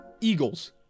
Eagles